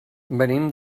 venim